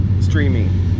streaming